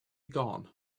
gone